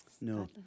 No